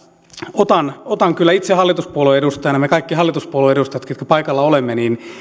otan otan kyllä itse hallituspuolueen edustajana me kaikki hallituspuolueiden edustajat ketkä paikalla olemme